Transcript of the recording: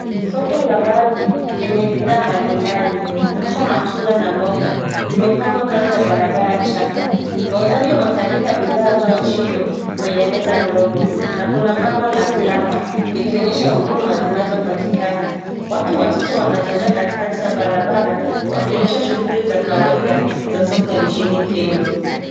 Soko la wazi lenye bidhaa mbalimbali hasa matunda na mboga zimepangwa kando ya barabara chafu. Wauzaji wametandika bidha zao chini kwenye meza ndogo na kuna bango la plumber likionyesha huduma zinazopatikana. Watu wachache wanatembea katikati ya barabra wakionyesha shughuli za kawaida za soko ya nchini Kenya.